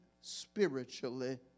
spiritually